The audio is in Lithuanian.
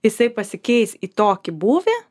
jisai pasikeis į tokį būvį